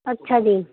ਅੱਛਾ ਜੀ